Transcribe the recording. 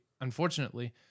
unfortunately